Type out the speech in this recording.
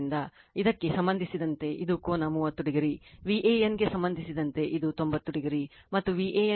ಇದಕ್ಕೆ ಸಂಬಂಧಿಸಿದಂತೆ ಇದು ಕೋನ 30o Van ಗೆ ಸಂಬಂಧಿಸಿದಂತೆ ಇದು 90o ಮತ್ತು Van ಗೆ ಸಂಬಂಧಿಸಿದಂತೆ ಇದು 210o